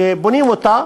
שבונים אותה,